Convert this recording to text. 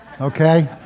Okay